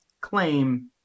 claim